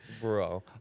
Bro